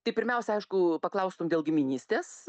tai pirmiausia aišku paklaustum dėl giminystės